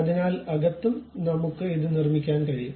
അതിനാൽ അകത്തും നമുക്ക് ഇത് നിർമ്മിക്കാൻ കഴിയും